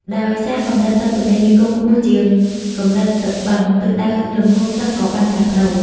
ដោយសារកម្រិតទឹកទន្លេមេគង្គខ្ពស់ជាងកម្រិតទឹកបឹង ទិសដៅលំហូរទឹកក៏បានផ្លាស់ប្តូរ។